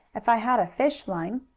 if i had a fish line.